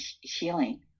healing